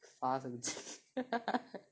发神经